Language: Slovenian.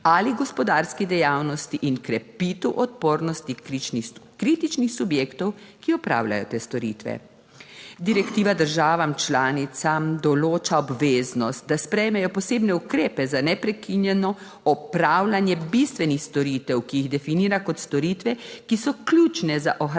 ali gospodarski dejavnosti in krepitev odpornosti kritičnih subjektov, ki opravljajo te storitve. Direktiva državam članicam določa obveznost, da sprejmejo posebne ukrepe za neprekinjeno opravljanje bistvenih storitev, ki jih definira kot storitve, ki so ključne za ohranjanje